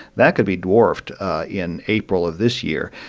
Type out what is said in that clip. that could be dwarfed in april of this year.